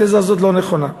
התזה הזאת לא נכונה.